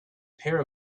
pair